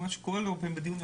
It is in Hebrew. מה שקורה בדרך כלל בדיון,